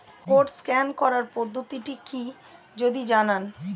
Code scan করার পদ্ধতিটি কি যদি জানান?